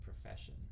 profession